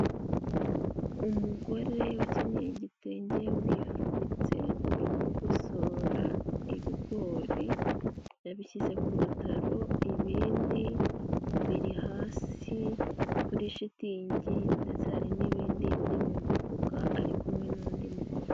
Umugore ukenyeye igitenge, wifubitse, uri kugosora ibigori, yabishyize ku rutaro, ibindi biri hasi kuri shitingi ndetse hari n'ibindi biri mu mufuka, ari kumwe n'undi mugore.